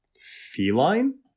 feline